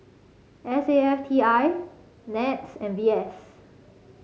S A F T I NETS and V S